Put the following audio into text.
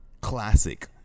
classic